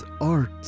art